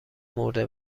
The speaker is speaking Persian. مرده